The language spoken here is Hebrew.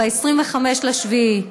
25 ביולי,